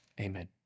Amen